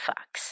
Fox